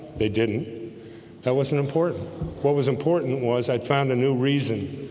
they didn't that wasn't important what was important was i'd found a new reason